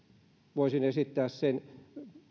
voisin esittää sen